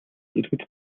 иргэд